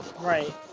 Right